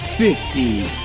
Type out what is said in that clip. Fifty